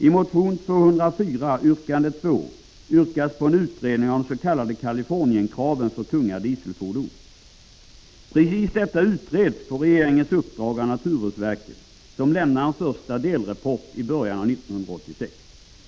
I motion 204 yrkande 2 hemställs om utredning av de s.k. Kalifornienkraven för tunga dieselfordon. Precis detta utreds på regeringens uppdrag av naturvårdsverket, som lämnar en första delrapport i början av 1986.